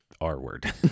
R-word